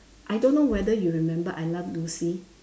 I don't know whether you remember I love Lucy